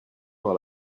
par